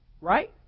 Right